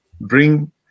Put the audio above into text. bring